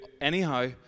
anyhow